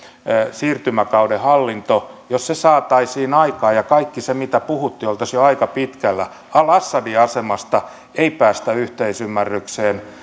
siirtymäkauden hallinto saataisiin aikaan ja kaikki se mitä puhuttiin oltaisiin jo aika pitkällä al assadin asemasta ei päästä yhteisymmärrykseen